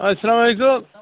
اَسلامُ علیکُم